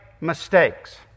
mistakes